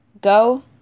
Go